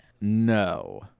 No